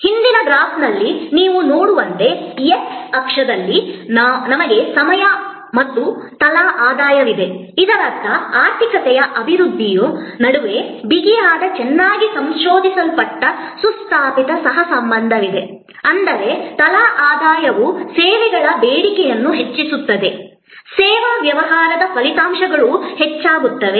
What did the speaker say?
ಹಿಂದಿನ ಗ್ರಾಫ್ನಲ್ಲಿ ನೀವು ನೋಡುವಂತೆ x ಅಕ್ಷದಲ್ಲಿ ನಮಗೆ ಸಮಯ ಮತ್ತು ತಲಾ ಆದಾಯವಿದೆ ಇದರರ್ಥ ಆರ್ಥಿಕತೆಯ ಅಭಿವೃದ್ಧಿಯ ನಡುವೆ ಬಿಗಿಯಾದ ಚೆನ್ನಾಗಿ ಸಂಶೋಧಿಸಲ್ಪಟ್ಟ ಸುಸ್ಥಾಪಿತ ಸಹ ಸಂಬಂಧವಿದೆ ಅಂದರೆ ತಲಾ ಆದಾಯವು ಸೇವೆಗಳ ಬೇಡಿಕೆಯನ್ನು ಹೆಚ್ಚಿಸುತ್ತದೆ ಸೇವಾ ವ್ಯವಹಾರದ ಫಲಿತಾಂಶಗಳು ಹೆಚ್ಚಾಗುತ್ತವೆ